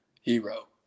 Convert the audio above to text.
hero